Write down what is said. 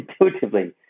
intuitively